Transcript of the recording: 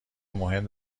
مهم